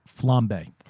Flambe